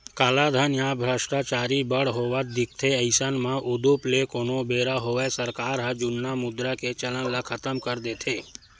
कालाधन या भस्टाचारी बड़ होवत दिखथे अइसन म उदुप ले कोनो बेरा होवय सरकार ह जुन्ना मुद्रा के चलन ल खतम कर देथे